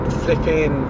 flipping